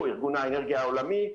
ארגון האנרגיה העולמי,